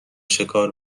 شکار